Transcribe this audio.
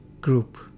group